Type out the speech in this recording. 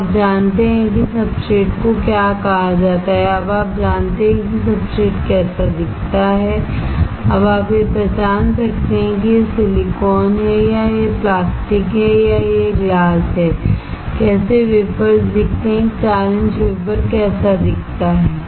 अब आप जानते हैं कि सब्सट्रेट को क्या कहा जाता है अब आप जानते हैं कि सब्सट्रेट कैसा दिखता है अब आप यह पहचान सकते हैं कि यह सिलिकॉन है या यह प्लास्टिक है या यह ग्लास है वेफर्स कैसे दिखते हैं एक 4 इंच वेफर कैसा दिखता है